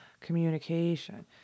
communication